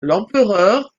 l’empereur